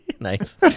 Nice